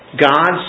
God's